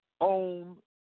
own